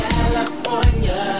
California